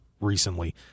recently